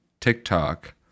TikTok